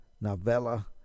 novella